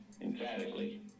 emphatically